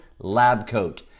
labcoat